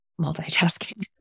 multitasking